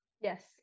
Yes